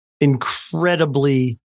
incredibly